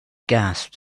gasped